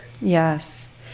yes